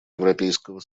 европейского